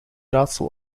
raadsel